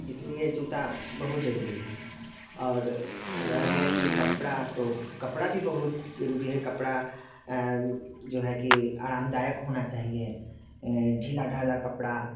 इसलिए जूता बहुत ज़रूरी है और रह गया कि कपड़ा तो कपड़ा भी ज़रूरी है कपड़ा जो है कि आरामदायक होना चाहिए ढीला ढाला कपड़ा